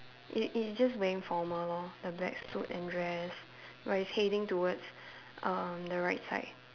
it it just wearing formal lor the black suit and dress where it's heading towards uh the right side